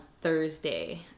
Thursday